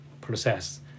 process